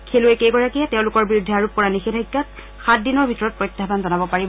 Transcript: খেলুৱৈকেইগৰাকীয়ে তেওঁলোকৰ বিৰুদ্ধে আৰোপ কৰা নিষেধাজ্ঞাক সাত দিনৰ ভিতৰত প্ৰত্যাহ্বান জনাব পাৰিব